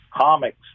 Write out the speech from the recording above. comics